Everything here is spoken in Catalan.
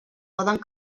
poden